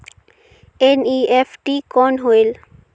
NEFT कौन होएल?